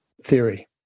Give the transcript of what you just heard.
theory